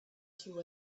two